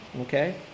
Okay